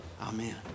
Amen